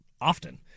often